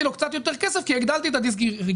לו קצת יותר כסף כי הגדלתי את הדיסריגרד.